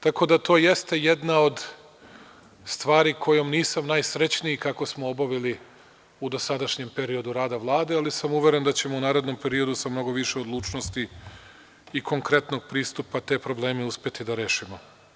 Tako da, to jeste jedna od stvari kojom nisam najsrećniji kako smo obavili u dosadašnjem periodu rada Vlade, ali sam uveren da ćemo u narednom periodu sa mnogo više odlučnosti i konkretnog pristupa te probleme uspeti da rešimo.